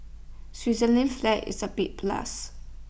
Switzerland's flag is A big plus